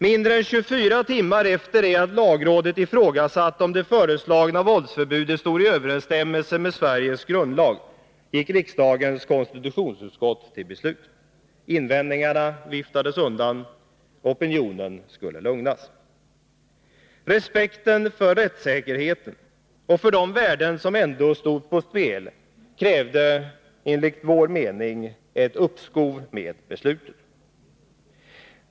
Mindre än 24 timmar efter det att lagrådet ifrågasatt om det föreslagna våldsförbudet stod i överensstämmelse med Sveriges grundlag gick riksdagens konstitutionsutskott till beslut. Invändningarna viftades undan. Opinionen skulle lugnas. Respekten för rättssäkerheten och för de värden som ändå stod på spel krävde enligt vår mening ett uppskov med beslutet.